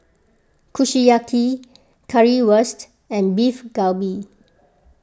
Kushiyaki Currywurst and Beef Galbi